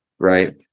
right